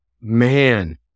Man